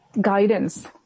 guidance